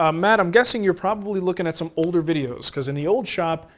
um matt, i'm guessing you're probably looking at some older videos because in the old shop,